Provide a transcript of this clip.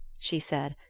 she said,